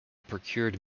procured